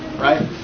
right